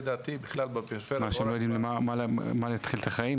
לדעתי בכלל בפריפריה --- שהם לא יודעים עם מה להתחיל את החיים,